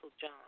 John